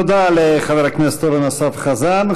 תודה לחבר הכנסת אורן אסף חזן.